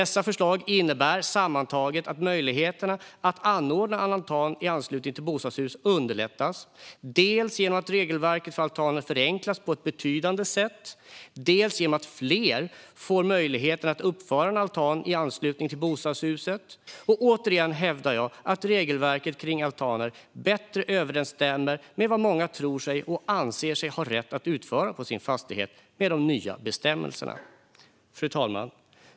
Sammantaget innebär förslagen att möjligheterna att anordna en altan i anslutning till bostadshus underlättas, dels genom att regelverket för altaner förenklas på ett betydande sätt, dels genom att fler får möjlighet att uppföra en altan i anslutning till bostadshuset. Och återigen hävdar jag att regelverket för altaner bättre överensstämmer med vad många tror sig och anser sig ha rätt att utföra på sin fastighet med de nya bestämmelserna. Fru talman!